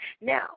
Now